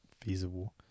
feasible